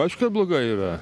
aišku kad blogai yra